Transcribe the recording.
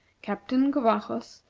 captain covajos,